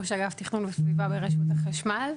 ראש אגף תכנון וסביבה ברשות החשמל.